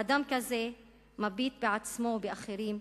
אדם כזה מביט בעצמו, באחרים,